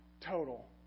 total